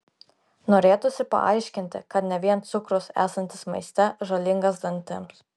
norėtųsi paaiškinti kad ne vien cukrus esantis maiste žalingas dantims